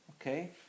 Okay